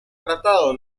tratado